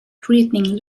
threatening